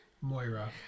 Moira